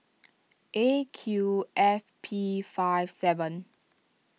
A Q F P five seven